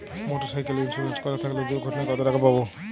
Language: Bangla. মোটরসাইকেল ইন্সুরেন্স করা থাকলে দুঃঘটনায় কতটাকা পাব?